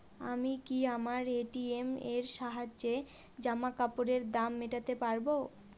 আমি কি আমার এ.টি.এম এর সাহায্যে জামাকাপরের দাম মেটাতে পারব?